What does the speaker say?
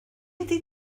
ydy